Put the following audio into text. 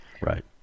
Right